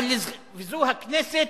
וזו הכנסת,